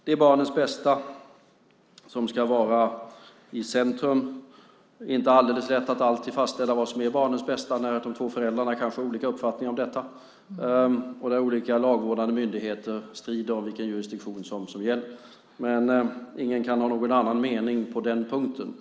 Det är barnens bästa som ska vara i centrum, men det är inte alltid alldeles lätt att fastställa vad som är barnens bästa när de två föräldrarna kanske har olika uppfattningar om detta och när olika lagvårdande myndigheter strider om vilken jurisdiktion som gäller. Men ingen kan ha någon annan mening på den punkten.